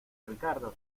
ricardo